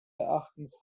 erachtens